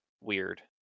weird